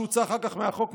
שהוצאה אחר כך מהחוק,